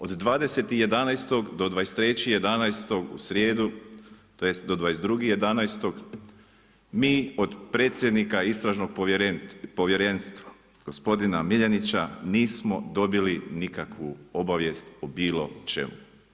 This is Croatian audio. Od 20.11. do 23.11. u srijedu, tj. do 22.11. mi od predsjednik Istražnog povjerenstva, gospodina Miljenića, nismo dobili nikakvu obavijest o bilo čemu.